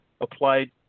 applied